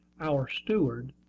our steward,